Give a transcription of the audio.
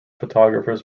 photographers